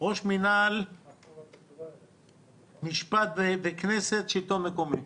ראש מינהל משפט וכנסת, שלטון מקומי.